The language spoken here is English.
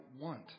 want